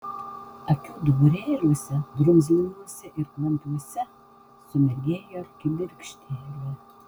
akių duburėliuose drumzlinuose ir klampiuose sumirgėjo kibirkštėlė